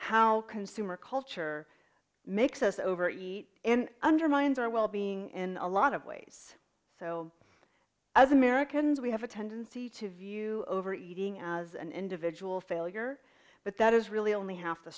how consumer culture makes us over eat and undermines our well being in a lot of ways so as americans we have a tendency to view over eating as an individual failure but that is really only half the